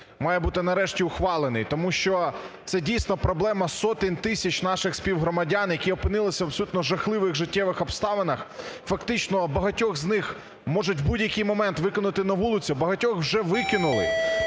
має бути нарешті ухвалений. Тому що це, дійсно, проблема сотень тисяч наших співгромадян, які опинилися абсолютно в жахливих життєвих обставинах. Фактично багатьох з них можуть в будь-який момент викинути на вулицю, багатьох вже викинули.